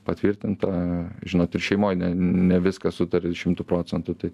patvirtinta žinot ir šeimoj ne viską sutari šimtu procentų tai